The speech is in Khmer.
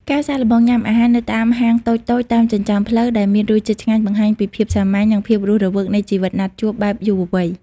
ការសាកល្បងញ៉ាំអាហារនៅតាមហាងតូចៗតាមចិញ្ចើមផ្លូវដែលមានរសជាតិឆ្ងាញ់ បង្ហាញពីភាពសាមញ្ញ និងភាពរស់រវើកនៃជីវិតណាត់ជួបបែបយុវវ័យ។